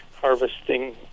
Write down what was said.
harvesting